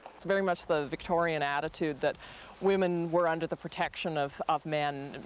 was very much the victorian attitude that women were under the protection of of men,